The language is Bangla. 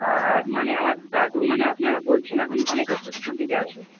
আর মানে আমার দাদু মানে আপনারা বলছেন এখন অনেকটা সুস্থর দিকে আছে